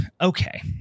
Okay